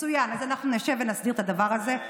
מצוין, אז אנחנו נשב ונסדיר את הדבר הזה.